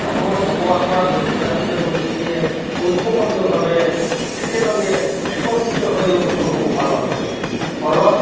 অসমত বসবাস কৰা বিভিন্ন জাতি জনগোষ্ঠীয়ে ঐক্য়বদ্ধভাৱে একেলগে একত্ৰিত হৈ এই উৎসৱসমূহ পালন কৰে ফলত